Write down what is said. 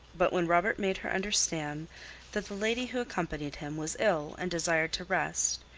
but when robert made her understand that the lady who accompanied him was ill and desired to rest,